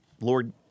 Lord